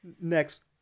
Next